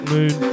Moon